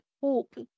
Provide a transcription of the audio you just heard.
hope